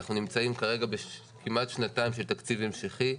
אנחנו נמצאים כרגע כמעט שנתיים של תקציב המשכי.